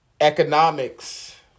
economics